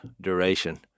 duration